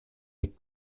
les